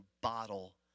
bottle